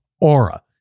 Aura